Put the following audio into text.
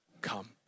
come